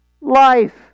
life